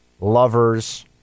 lover's